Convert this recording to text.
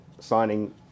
signing